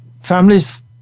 Families